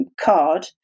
card